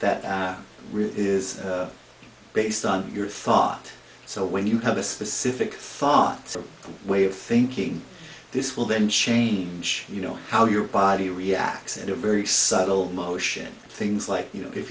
is based on your thought so when you have a specific thoughts or a way of thinking this will then change you know how your body reacts at a very subtle motion things like you know if